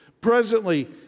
Presently